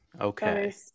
Okay